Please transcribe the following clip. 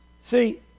See